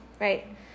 right